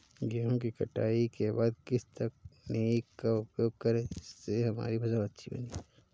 गेहूँ की कटाई के बाद किस तकनीक का उपयोग करें जिससे हमारी फसल अच्छी बनी रहे?